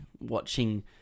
watching